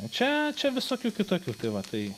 čia čia visokių kitokių tai va tai